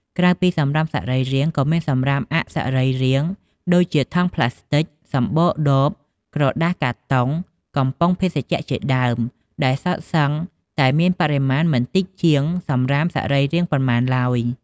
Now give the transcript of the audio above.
ក្រៅពីសំរាមសរីរាង្គ ក៏មានសំរាមអសរីរាង្គដូចជាថង់ប្លាស្ទិក សំបកដប ក្រដាសកាតុង កំប៉ុងភេសជ្ជៈជាដើម ដែលសុទ្ធសឹងតែមានបរិមាណមិនតិចជាងសំរាមសរីរាង្គប៉ុន្មានឡើយ។